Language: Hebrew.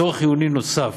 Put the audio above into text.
צורך חיוני נוסף